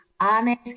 honest